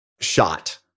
shot